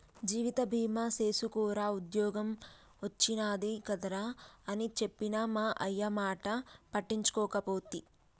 జీవిత బీమ సేసుకోరా ఉద్ద్యోగం ఒచ్చినాది కదరా అని చెప్పిన మా అయ్యమాట పట్టించుకోకపోతి